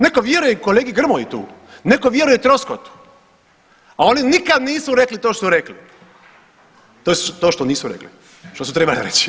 Netko vjeruje i kolegi Grmoji tu, netko vjeruje Troskotu, a oni nikada nisu rekli to što su rekli, to što nisu rekli što su trebali reći.